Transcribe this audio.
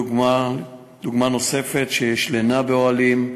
לדוגמה לינה באוהלים.